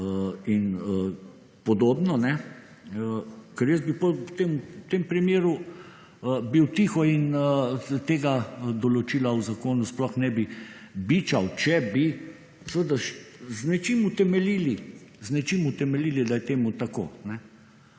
in podobno? Ker jaz bi, potem v tem primeru bil tiho in tega določila v zakonu sploh ne bi bičal, če bi seveda z nečim utemeljili, da je temu tako,